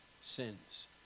sins